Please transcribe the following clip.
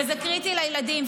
וזה קריטי לילדים,